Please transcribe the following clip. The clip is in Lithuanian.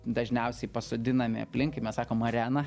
dažniausiai pasodinami aplink kaip mes sakom areną